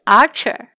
archer